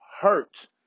hurt